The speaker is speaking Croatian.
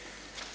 Hvala